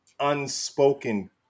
unspoken